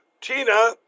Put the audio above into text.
Tina